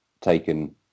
taken